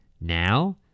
Now